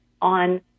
on